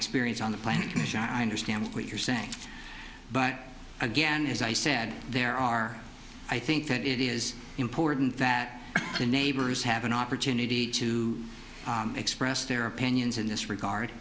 experience on the planet commission i understand what you're saying but again as i said there are i think that it is important that the neighbors have an opportunity to express their opinions in this regard